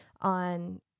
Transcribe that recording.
on